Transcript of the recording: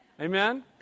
Amen